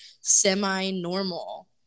semi-normal